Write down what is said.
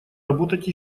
работать